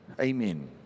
Amen